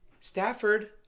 Stafford